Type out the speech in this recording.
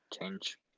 change